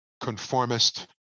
conformist